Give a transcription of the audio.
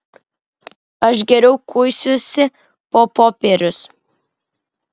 aš geriau kuisiuosi po popierius